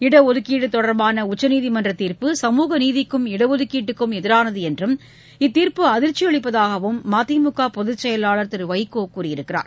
இடஒதுக்கீடு தொடர்பான உச்சநீதிமன்ற தீர்ப்பு சமூக நீதிக்கும் இடஒதுக்கீட்டுக்கும் எதிரானது என்றும் இத்தீர்ப்பு அதிர்ச்சி அளிப்பதாகவும் மதிமுக பொதுச்செயலாளர் திரு வைகோ கூறியுள்ளார்